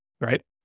right